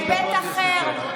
בהיבט אחר,